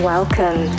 Welcome